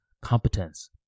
competence